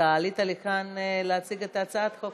עלית לכאן להציג את הצעת החוק.